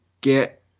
get